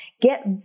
Get